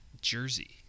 jersey